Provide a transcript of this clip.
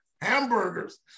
hamburgers